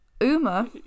Uma